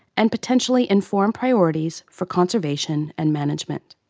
and potentially inform priorities for conservation and management.